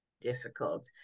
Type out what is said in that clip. difficult